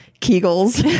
kegels